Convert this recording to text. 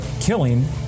killing